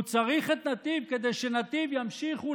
הוא צריך את נתיב כדי שנתיב ימשיכו